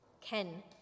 Ken